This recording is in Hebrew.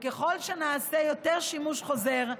ככל שנעשה יותר שימוש חוזר,